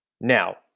Now